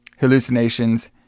hallucinations